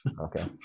Okay